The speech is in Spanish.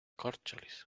córcholis